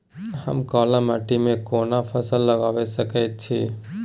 हम काला माटी में कोन फसल लगाबै सकेत छी?